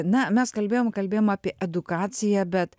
na mes kalbėjom kalbėjom apie edukaciją bet